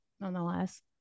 nonetheless